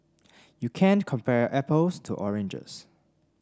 you can't compare apples to oranges